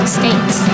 states